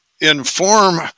inform